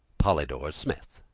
polydore smith